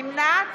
נמנעת